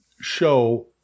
show